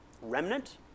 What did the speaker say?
Remnant